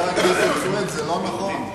חבר הכנסת סוייד, זה לא נכון.